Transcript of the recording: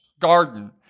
garden